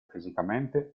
fisicamente